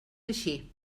així